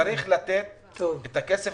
אבל הכסף